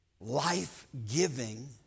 life-giving